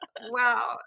Wow